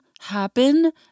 happen